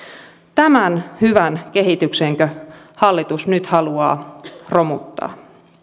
tämän hyvän kehityksenkö hallitus nyt haluaa romuttaa